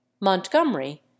Montgomery